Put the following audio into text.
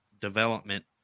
development